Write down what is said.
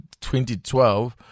2012